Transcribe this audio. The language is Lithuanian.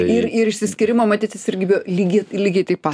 ir ir išsiskyrimo matyt jis irgi bijo lygi lygiai taip pa